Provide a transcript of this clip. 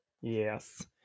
Yes